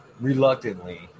reluctantly